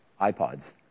iPods